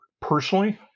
Personally